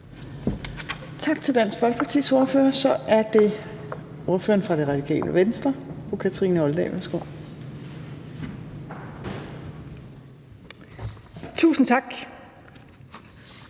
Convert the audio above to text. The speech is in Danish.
Tak til Dansk Folkepartis ordfører. Så er det ordføreren for Det Radikale Venstre, fru Kathrine Olldag. Værsgo. Kl.